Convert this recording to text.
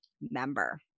member